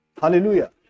Hallelujah